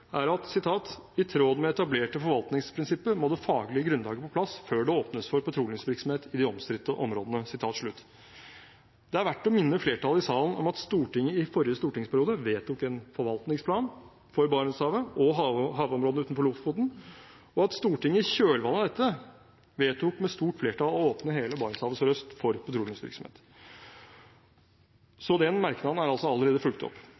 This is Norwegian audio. – er at «i tråd med etablerte forvaltningsprinsipper må det faglige grunnlaget på plass før det åpnes for petroleumsvirksomhet i de omstridte områdene». Det er verdt å minne flertallet i salen om at Stortinget i forrige stortingsperiode vedtok en forvaltningsplan for Barentshavet og havområdene utenfor Lofoten, og at Stortinget i kjølvannet av dette vedtok med stort flertall å åpne hele Barentshavet sørøst for petroleumsvirksomhet. Så den merknaden er altså allerede fulgt opp.